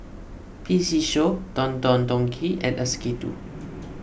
P C Show Don Don Donki and S K two